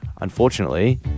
unfortunately